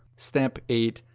step eight.